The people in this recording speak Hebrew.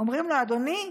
אומרים לו: אדוני,